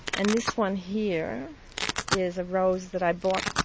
and this one here is a rose that i bought,